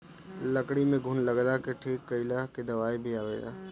लकड़ी में घुन लगला के ठीक कइला के दवाई भी आवेला